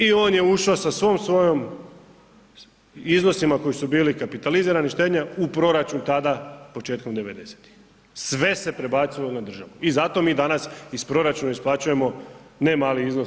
I on je ušao sa svom svojim iznosima koji su bili kapitalizirani štednja u proračun tada početkom devedesetih, sve se prebacilo na državu i zato mi danas iz proračuna isplaćujemo ne mali iznos.